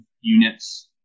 units